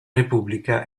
repubblica